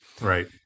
Right